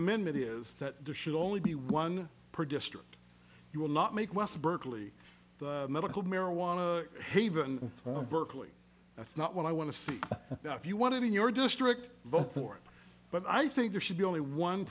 minute is that there should only be one per district you will not make west berkeley medical marijuana haven berkeley that's not what i want to see if you want it in your district vote for it but i think there should be only one